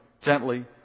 gently